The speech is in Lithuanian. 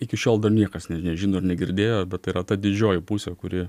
iki šiol dar niekas ne nežino ir negirdėjo bet tai yra ta didžioji pusė kuri